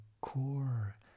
core